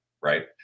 right